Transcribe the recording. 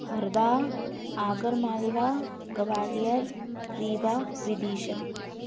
Harda Agar Malwa Gwalior Rewa Vidisha